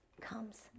comes